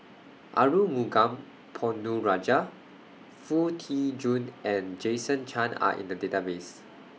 Arumugam Ponnu Rajah Foo Tee Jun and Jason Chan Are in The Database